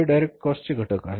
हे direct cost चे घटक आहेत